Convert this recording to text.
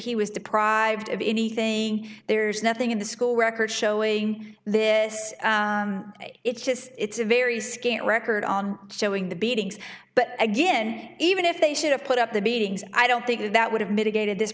he was deprived of anything there's nothing in the school records showing this it's just it's a very scant record on showing the beatings but again even if they should have put up the beatings i don't think that would have mitigated this